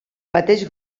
mateix